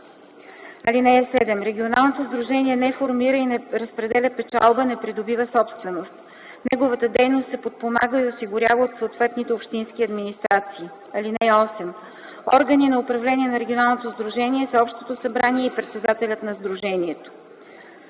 строеж. (7) Регионалното сдружение не формира и не разпределя печалба, не придобива собственост. Неговата дейност се подпомага и осигурява от съответните общински администрации. (8) Органи на управление на регионалното сдружение са общото събрание и председателят на сдружението.